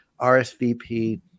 RSVP